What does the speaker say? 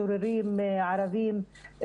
משוררים ערבים,